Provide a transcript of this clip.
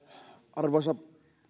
arvoisa